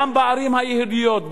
גם בערים היהודיות,